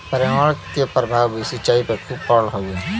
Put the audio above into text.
पर्यावरण के प्रभाव भी सिंचाई पे खूब पड़त हउवे